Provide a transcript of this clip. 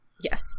yes